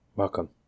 Welcome